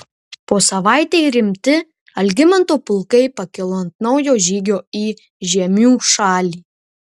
po savaitei rimti algimanto pulkai pakilo ant naujo žygio į žiemių šalį